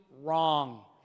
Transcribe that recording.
wrong